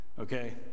Okay